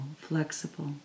flexible